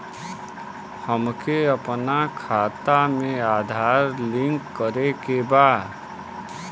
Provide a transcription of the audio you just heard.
हमके अपना खाता में आधार लिंक करें के बा?